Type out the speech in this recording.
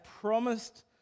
promised